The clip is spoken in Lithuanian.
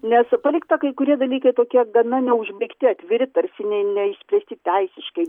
nes palikta kai kurie dalykai tokie gana neužbėgti atviri tarsi ne neišspręsti teisiškai